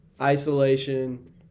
isolation